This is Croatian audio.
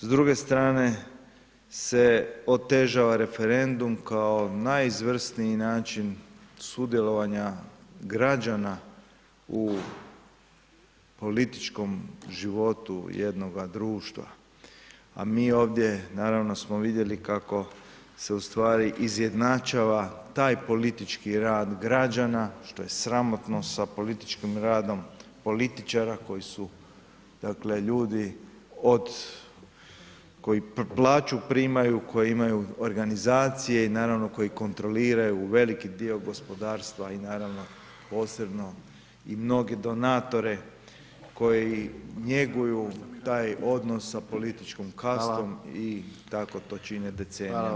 S druge strane se otežava referendum kao najizvrsniji način sudjelovanja građana u političkom životu jednoga društva a mi ovdje naravno smo vidjeli kako se ustvari izjednačava taj politički rad građana, što je sramotno sa političkim radom političara koji su dakle ljudi od koji plaću primaju, koji imaju organizacije i naravno koji kontroliraju veliki dio gospodarstva i naravno posebno i mnoge donatore koji njeguju taj odnos sa političkom kastom i tako to čine decenijama.